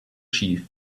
chief